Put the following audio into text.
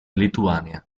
lituania